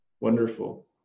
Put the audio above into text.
Wonderful